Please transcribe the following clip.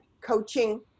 coaching